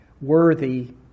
worthy